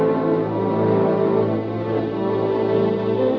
or